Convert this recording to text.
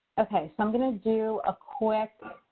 okay. so i'm going to do a quick